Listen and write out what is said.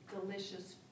delicious